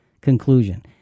conclusion